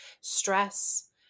stress